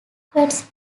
quotes